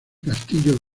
castillo